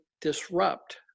disrupt